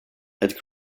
had